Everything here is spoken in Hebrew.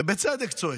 ובצדק צועק,